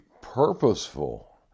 purposeful